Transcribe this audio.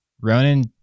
Ronan